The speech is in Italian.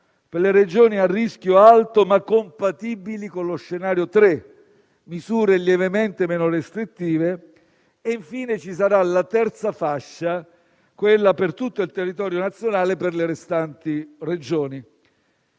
per le Regioni a rischio alto, ma compatibili con lo scenario 3, quindi con misure lievemente meno restrittive; infine, ci sarà la terza fascia, quella per tutto il territorio nazionale, per le restanti Regioni.